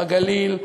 בגליל,